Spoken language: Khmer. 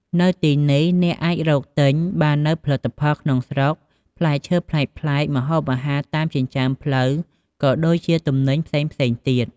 នៅទីនេះ អ្នកអាចរកទិញបាននូវផលិតផលក្នុងស្រុក ផ្លែឈើប្លែកៗ ម្ហូបអាហារតាមចិញ្ចើមផ្លូវ ក៏ដូចជាទំនិញផ្សេងៗទៀត។